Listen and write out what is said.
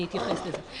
אני אתייחס לזה.